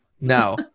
No